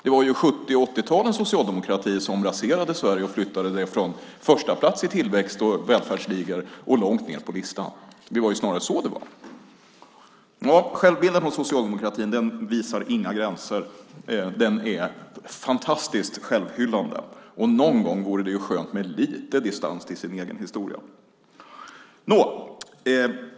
Det var 70 och 80-talens socialdemokrati som raserade Sverige och flyttade det från första plats i tillväxt och välfärdsligor till långt ned på listan. Det var snarare så det var. Självbilden hos socialdemokratin vet inga gränser i sitt fantastiska självhyllande. Någon gång vore det skönt med lite distans till den egna historien.